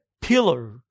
pillar